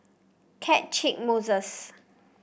Catchick Moses